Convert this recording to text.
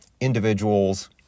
individuals